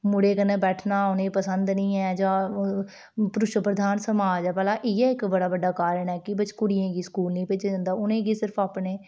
मुड़ें कन्नै बैठना उनेंगी पसंद निं ऐ जां पुरश प्रधान समाज ऐ भला इयै इक बड़ा बड्डा कारण ऐ कि कुड़ियें गी स्कूल नेईं भेजेआ जंदा उनेंगी सिर्फ अपने